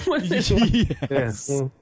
Yes